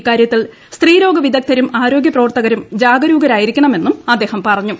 ഇക്കാര്യത്തിൽ സ്ത്രീ രോഗ വിദഗ്ധരും ആരോഗ്യപ്രവർത്തകരും ജാഗരൂകരായിരിക്കണമെന്നും അദ്ദേഹം പറഞ്ഞു